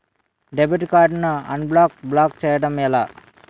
Debit card ను unblock block చేయటం ఎలా?